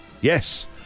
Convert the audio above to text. Yes